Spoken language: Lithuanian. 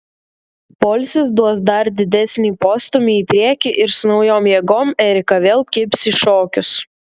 poilsis duos dar didesnį postūmį į priekį ir su naujom jėgom erika vėl kibs į šokius